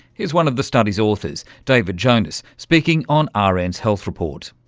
here's one of the study's authors david jonas speaking on ah rn's health report.